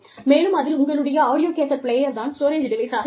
மேலும் அதில் உங்களுடைய ஆடியோ கேசட் பிளேயர் தான் ஸ்டோரேஜ் டிவைஸாக இருக்கும்